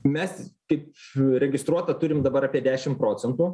mes kaip registruotą turim dabar apie dešim procentų